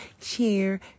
share